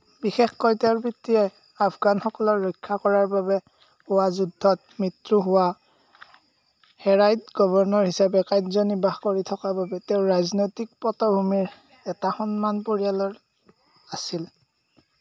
বিশেষকৈ তেওঁৰ পিতৃয়ে আফগানসকলৰ ৰক্ষা কৰাৰ বাবে হোৱা যুদ্ধত মৃত্যু হোৱা হেৰাইট গভৰ্ণৰ হিচাপে কাৰ্যনিৰ্বাহ কৰি থকাৰ বাবে তেওঁ ৰাজনৈতিক পটভূমিৰ এটা সন্মান পৰিয়ালৰ আছিল